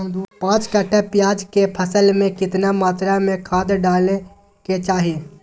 पांच कट्ठा प्याज के फसल में कितना मात्रा में खाद डाले के चाही?